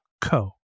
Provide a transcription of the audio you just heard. co